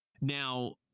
Now